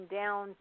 down